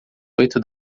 oito